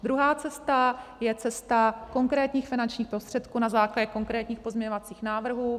Druhá cesta je cesta konkrétních finančních prostředků na základě konkrétních pozměňovacích návrhů.